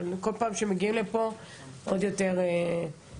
אבל בכל פעם שמגיעים לפה עוד יותר מזדעזעים